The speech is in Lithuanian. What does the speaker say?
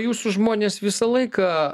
jūsų žmonės visą laiką